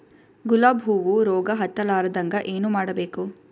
ಗುಲಾಬ್ ಹೂವು ರೋಗ ಹತ್ತಲಾರದಂಗ ಏನು ಮಾಡಬೇಕು?